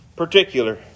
particular